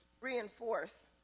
reinforce